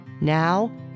Now